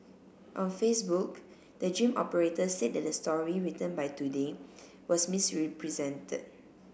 on Facebook the gym operator said that the story written by Today was misrepresented